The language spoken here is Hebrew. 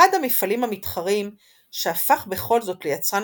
אחד המפעלים המתחרים שהפך בכל זאת ליצרן